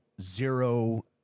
zero